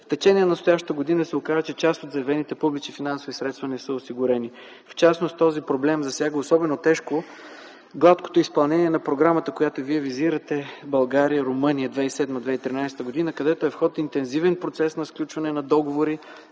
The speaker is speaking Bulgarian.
В течение на настоящата година се оказа, че част от заявените публични финансови средства не са осигурени. В частност този проблем засяга особено тежко гладкото изпълнение на програмата, която Вие визирате – „България–Румъния 2007-2013 г.”, където е в ход интензивен процес на сключване на договори